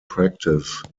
practice